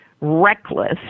reckless